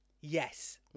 Yes